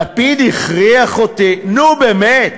"לפיד הכריח אותי" נו, באמת,